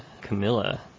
camilla